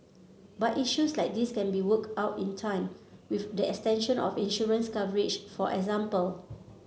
but issues like these can be worked out in time with the extension of insurance coverage for example